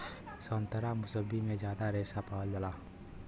संतरा मुसब्बी में जादा रेशा पावल जाला